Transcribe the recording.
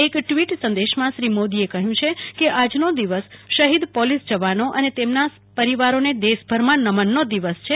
એક ટ્વીટ સંદેશમાં શ્રી મોદીએ કહ્યું છે કે આજનો દિવસ શહિદ પોલીસ જવાનો અને તેમના પરિવારોને દેશભરાં નમનનો દિવસ છે